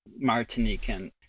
Martinican